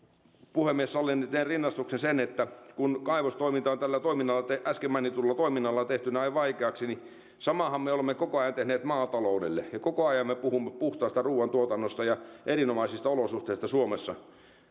puhemies sallii niin teen rinnastuksen että kun kaivostoiminta on tällä äsken mainitulla toiminnalla tehty näin vaikeaksi niin samaahan me olemme koko ajan tehneet maataloudelle ja koko ajan me puhumme puhtaasta ruuantuotannosta ja erinomaisista olosuhteista suomessa